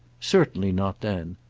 certainly not then.